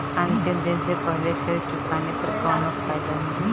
अंतिम दिन से पहले ऋण चुकाने पर कौनो फायदा मिली?